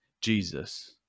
Jesus